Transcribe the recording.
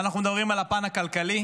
אנחנו מדברים על הפן הכלכלי,